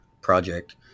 project